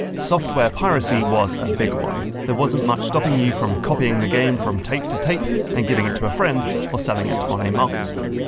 software piracy was a big one there wasn't much stopping you from copying the game from tape to tape and giving it to a friend, or selling it on a market stall.